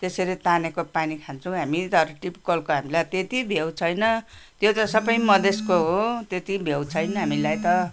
त्यसरी तानेको पानी खान्छौँ हामी तर ट्युब कलको हामीलाई त्यति भेउ छैन त्यो चाहिँ सबै मधेसको हो त्यति भेउ छैन हामीलाई त